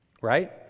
right